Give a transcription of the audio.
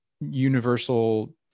universal